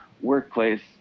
workplace